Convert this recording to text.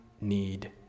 need